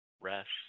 rest